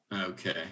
Okay